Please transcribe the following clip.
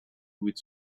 with